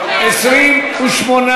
התשע"ה 2015, לוועדה שתקבע ועדת הכנסת נתקבלה.